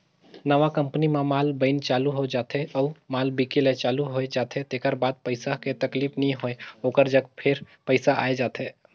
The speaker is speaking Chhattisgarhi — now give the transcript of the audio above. नवा कंपनी म माल बइन चालू हो जाथे अउ माल बिके ले चालू होए जाथे तेकर बाद पइसा के तकलीफ नी होय ओकर जग फेर पइसा आए जाथे